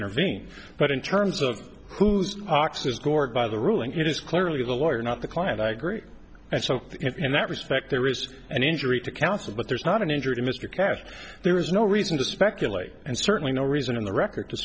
intervene but in terms of whose ox is gored by the ruling it is clearly the lawyer not the client i agree and so in that respect there is an injury to counsel but there is not an injury to mr cassatt there is no reason to speculate and certainly no reason on the record to